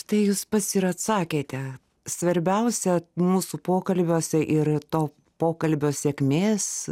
štai jūs pats ir atsakėte svarbiausia mūsų pokalbiuose ir to pokalbio sėkmės